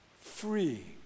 Free